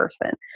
person